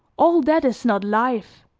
all that is not life,